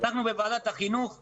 אנחנו בוועדת החינוך והתרבות.